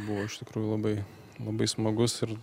buvo iš tikrųjų labai labai smagus ir